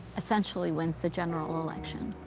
essentially wins the general election.